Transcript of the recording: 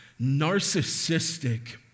narcissistic